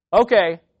Okay